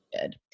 good